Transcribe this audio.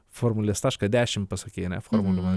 formulės tašką dešimt pasakei ar ne formulių man reik